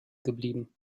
geblieben